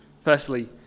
Firstly